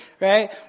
right